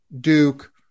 Duke